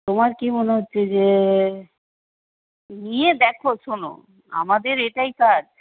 তোমার কী মনে হচ্ছে যে নিয়ে দেখো শোনো আমাদের এটাই কাজ